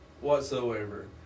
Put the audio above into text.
whatsoever